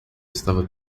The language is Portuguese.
estava